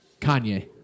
Kanye